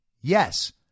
yes